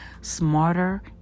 smarter